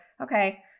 okay